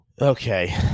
Okay